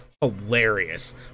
hilarious